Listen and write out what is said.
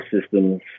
systems